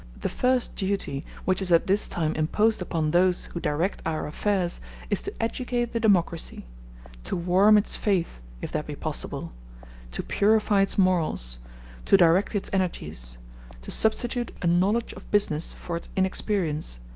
the first duty which is at this time imposed upon those who direct our affairs is to educate the democracy to warm its faith, if that be possible to purify its morals to direct its energies to substitute a knowledge of business for its inexperience,